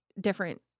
different